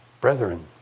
brethren